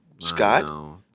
Scott